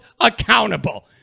accountable